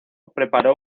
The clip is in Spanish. preparó